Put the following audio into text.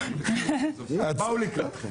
אתה רואה, אנחנו ענייניים.